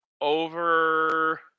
over